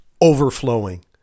overflowing